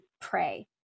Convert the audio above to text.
pray